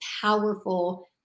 powerful